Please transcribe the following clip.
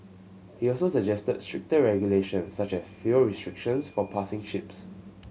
he also suggested stricter regulations such as fuel restrictions for passing ships